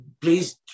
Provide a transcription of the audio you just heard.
please